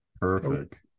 Perfect